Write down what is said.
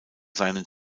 seinen